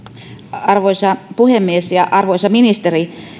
arvoisa puhemies ja arvoisa ministeri